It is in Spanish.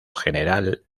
general